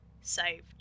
saved